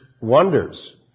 wonders